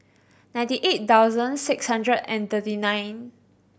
ninety eight thousand six hundred and thirty nine